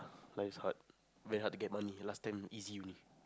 now it's hard very hard to get money last time easy only